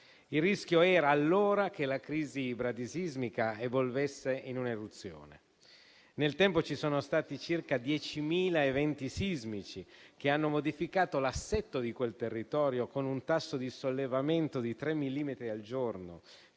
Il rischio era allora che la crisi bradisismica evolvesse in un'eruzione. Nel tempo, ci sono stati circa diecimila eventi sismici che hanno modificato l'assetto di quel territorio, con un tasso di sollevamento di tre millimetri al giorno